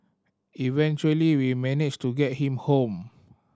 eventually we managed to get him home